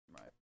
right